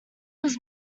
was